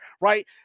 Right